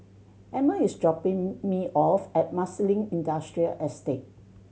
Emmer is dropping me off at Marsiling Industrial Estate